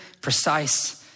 precise